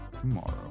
tomorrow